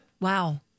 Wow